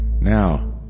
Now